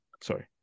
Sorry